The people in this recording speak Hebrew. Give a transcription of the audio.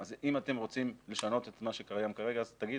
אם אתם רוצים לשנות את מה שקיים כרגע תגידו.